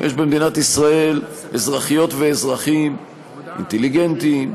יש במדינת ישראל אזרחיות ואזרחים אינטליגנטים,